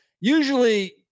usually